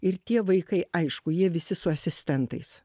ir tie vaikai aišku jie visi su asistentais